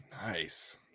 Nice